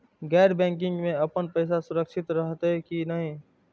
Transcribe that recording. गैर बैकिंग में अपन पैसा सुरक्षित रहैत कि नहिं?